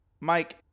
Mike